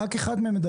אני אומר